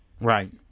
Right